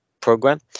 program